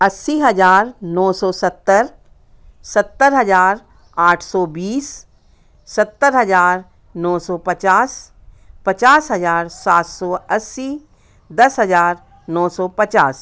अस्सी हज़ार नौ सौ सत्तर सत्तर हज़ार आठ सौ बीस सत्तर हज़ार नौ सौ पचास पचास हज़ार सात सौ अस्सी दस हज़ार नौ सौ पचास